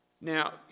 Now